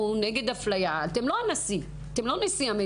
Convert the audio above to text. נגד אפלייה" אתם לא נשיא המדינה.